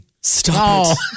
Stop